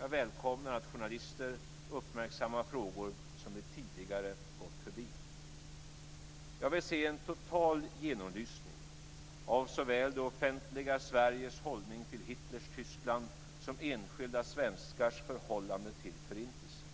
Jag välkomnar att journalister uppmärksammar frågor som vi tidigare gått förbi. Jag vill se en total genomlysning av såväl det offentliga Sveriges hållning till Hitlers Tyskland som enskilda svenskars förhållande till Förintelsen.